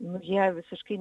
nu jie visiškai